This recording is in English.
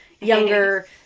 younger